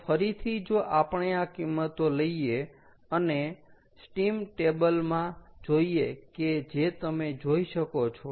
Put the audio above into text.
તો ફરીથી જો આપણે આ કિંમતો લઈએ અને સ્ટીમ ટેબલમાં જોઈએ કે જે તમે જોઈ શકો છો